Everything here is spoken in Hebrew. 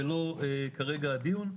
זה לא כרגע הדיון.